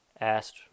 asked